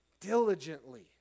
Diligently